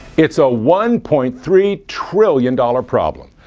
it's a one point three trillion dollar problem.